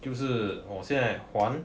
就是我现在还